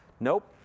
nope